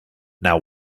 now